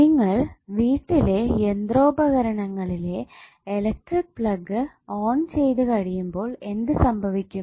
നിങ്ങൾ വീട്ടിലെ യന്ത്രാപകരണങ്ങളിലെ ഇലക്ട്രിക് പ്ലഗ് ഓൺ ചെയ്തു കഴിയുമ്പോൾ എന്ത് സംഭവിക്കും